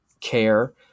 care